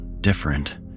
different